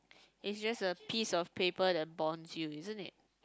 is just a piece of paper that bonds you isn't it